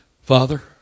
Father